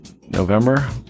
November